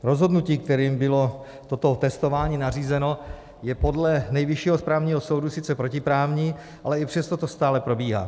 Rozhodnutí, kterým bylo toto testování nařízeno, je podle Nejvyššího správního soudu sice protiprávní, ale i přesto to stále probíhá.